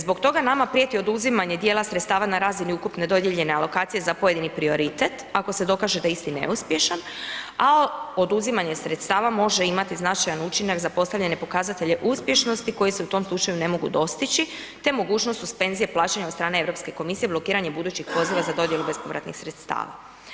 Zbog toga nama prijeti oduzimanje djela sredstva na razini ukupne dodijeljene alokacije za pojedini prioritet ako se dokaže da je isti neuspješan, a oduzimanje sredstava može imati značajan učinak za postavljane pokazatelje uspješnosti koji se u tom slučaju ne mogu dostići te mogućnost suspenzije plaćanja od strane Europske komisije blokiranjem budućih poziva za dodjelu bespovratnih sredstava.